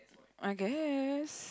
I guess